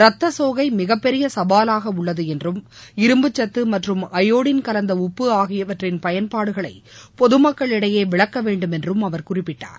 ரத்த சோகை மிகப்பெரிய சவாலாக உள்ளது என்றும் இரும்புச்சத்து மற்றும் அயோடின் கலந்த உப்பு ஆகியவற்றின் பயன்பாடுகளை பொதுமக்களிடையே விளக்க வேண்டுமென்றும் அவர் குறிப்பிட்டார்